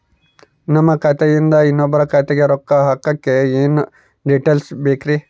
ನಮ್ಮ ಖಾತೆಯಿಂದ ಇನ್ನೊಬ್ಬರ ಖಾತೆಗೆ ರೊಕ್ಕ ಹಾಕಕ್ಕೆ ಏನೇನು ಡೇಟೇಲ್ಸ್ ಬೇಕರಿ?